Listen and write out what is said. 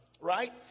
right